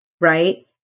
right